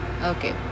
Okay